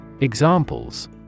Examples